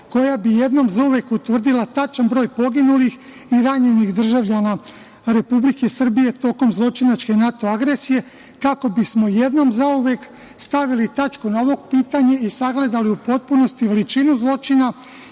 koja bi jednom za uvek utvrdila tačan broj poginulih i ranjenih državljana Republike Srbije tokom zločinačke NATO agresije, kako bismo jednom zauvek stavili tačku na ovo pitanje i sagledali u potpunosti veličinu zločina